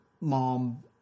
mom